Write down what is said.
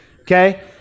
okay